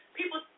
people